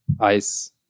ice